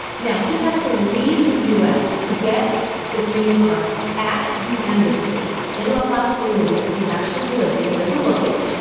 now, he has to leave the u. s. to get the green card at the embassy in la paz, bolivia, because he's actually bolivian. he doesn't look it.